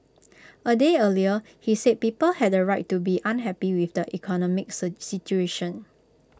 A day earlier he said people had A right to be unhappy with the economic situation